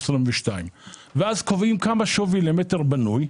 22'. ואז קובעים כמה שווי למטר בנוי,